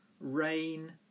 rain